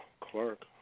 Clark